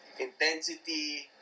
intensity